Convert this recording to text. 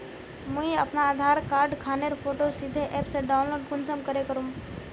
मुई अपना आधार कार्ड खानेर फोटो सीधे ऐप से डाउनलोड कुंसम करे करूम?